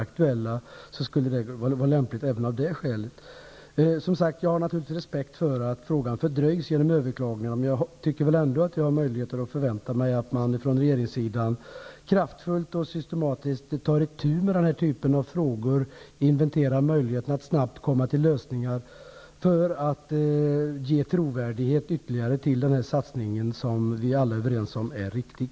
Jag har som sagt respekt för att frågan fördröjs genom överklagandena, men jag tycker ändå att man kan förvänta sig att regeringen kraftfullt och systematiskt tar itu med denna typ av frågor och inventerar möjligheterna att snabbt komma fram till lösningar för ge ytterligare trovärdighet åt den satsning som vi alla är överens om är riktig.